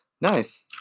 Nice